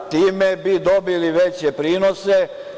Time bi dobili veće prinose.